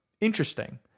interesting